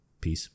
Peace